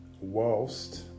whilst